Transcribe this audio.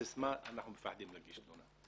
הסיסמה היא אנחנו מפחדים להגיש תלונה.